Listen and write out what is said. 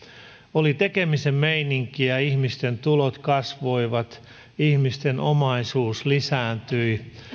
oli tekemisen meininki ja ihmisten tulot kasvoivat ihmisten omaisuus lisääntyi